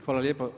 Hvala lijepo.